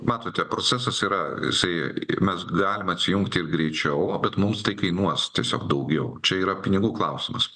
matote procesas yra jisai mes galim atsijungti ir greičiau bet mums tai kainuos tiesiog daugiau čia yra pinigų klausimas